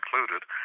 included